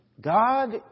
God